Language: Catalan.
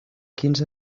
quins